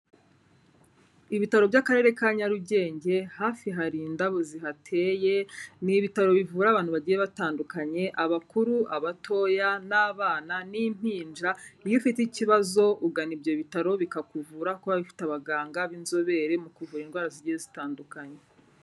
Ibitaro by'akarere ka Nyarugenge, hafi hari indabo zihateye, ni ibitaro bivura abantu bagiye batandukanye abakuru, abatoya n'abana n'impinja, iyo ufite ikibazo ugana ibyo bitaro bikakuvura kuko biba bifite abaganga b'inzobere mu kuvura indwara zigiye zitandukanye.